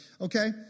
Okay